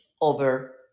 over